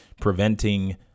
preventing